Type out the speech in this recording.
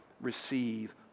receive